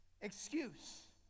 excuse